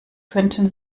könnten